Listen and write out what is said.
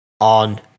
on